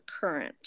current